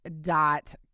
dot